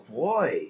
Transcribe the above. boy